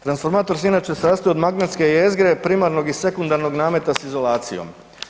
Transformator se inače sastoji od magnetske jezgre, primarnog i sekundarnog nameta s izolacijom.